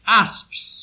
asps